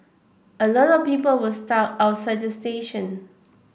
a lot of people were stuck outside the station